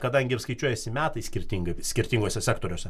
kadangi apskaičiuosi metai skirtingai skirtinguose sektoriuose